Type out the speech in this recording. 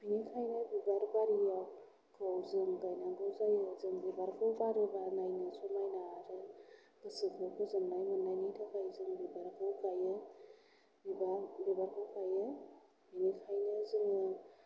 बिनिखायनो बिबार बारिखौ जों गाइनांगौ जायो जों बिबारखौ बारोब्ला नायनो समायना गोसोखौ गोजोननाय मोननायनि थाखाय जों बिबारखौ गायो बिबारखौ गायो बिनिखायनो जोङो